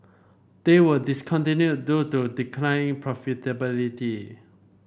they were discontinued due to declining profitability